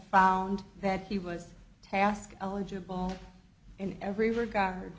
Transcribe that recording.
found that he was a task eligible in every regard